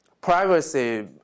privacy